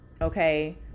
okay